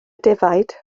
defaid